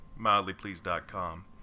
MildlyPleased.com